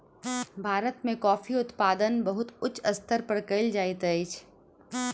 भारत में कॉफ़ी उत्पादन बहुत उच्च स्तर पर कयल जाइत अछि